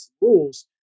rules